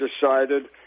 decided